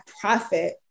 profit